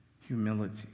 humility